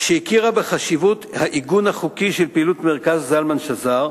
שהכירה בחשיבות העיגון החוקי של פעילות מרכז זלמן שזר,